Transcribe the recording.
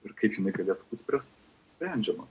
ir kaip jinai galėtų spręstis sprendžiama